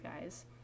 guys